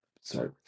sorry